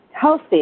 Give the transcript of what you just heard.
healthy